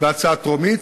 בקריאה טרומית.